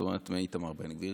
זאת אומרת מאיתמר בן גביר.